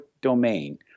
domain